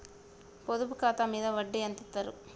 పొదుపు ఖాతా మీద వడ్డీ ఎంతిస్తరు?